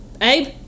Abe